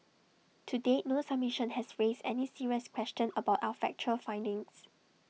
to date no submission has raised any serious question about our factual findings